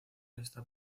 está